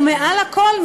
ומעל הכול,